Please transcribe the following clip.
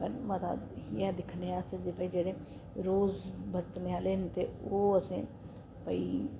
पर मता अस इ'यै दिक्खनें अस कि भाई जेह्ड़े रोज बरतने आह्ले न ते ओह् असें भाई